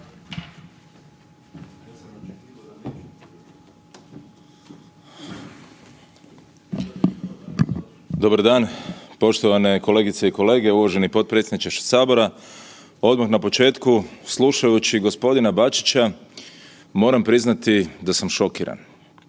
Dobar dan poštovane kolegice i kolege, uvaženi potpredsjedniče sabora odmah na početku slušajući gospodina Bačića moram priznati da sam šokiran.